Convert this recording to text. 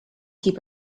keep